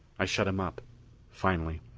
i shut him up finally.